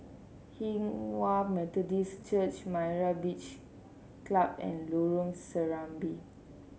Hinghwa Methodist Church Myra Beach Club and Lorong Serambi